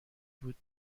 بود